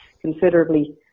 considerably